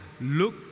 Look